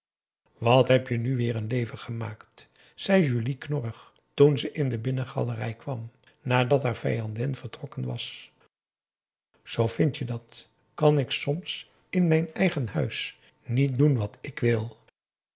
wat hebt u weer n leven gemaakt zei julie knorrig toen ze in de binnengalerij kwam nadat haar vijandin vertrokken was p a daum hoe hij raad van indië werd onder ps maurits zoo vindt je dat kan ik soms in mijn eigen huis niet doen wat ik wil